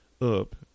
up